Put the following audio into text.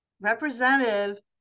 representative